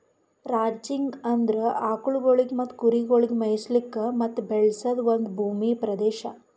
ranching ಅಂದುರ್ ಆಕುಲ್ಗೊಳಿಗ್ ಮತ್ತ ಕುರಿಗೊಳಿಗ್ ಮೆಯಿಸ್ಲುಕ್ ಮತ್ತ ಬೆಳೆಸದ್ ಒಂದ್ ಭೂಮಿಯ ಪ್ರದೇಶ